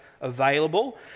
available